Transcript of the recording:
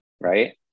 right